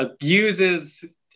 uses